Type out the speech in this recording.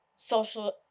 Social